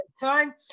time